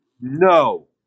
no